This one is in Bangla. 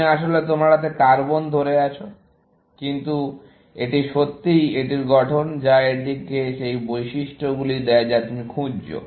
তুমি আসলে তোমার হাতে কার্বন ধরে আছো কিন্তু এটি সত্যিই এটির গঠন যা এটিকে সেই বৈশিষ্ট্যগুলি দেয় যা তুমি খুঁজছো